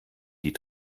die